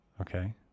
Okay